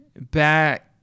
back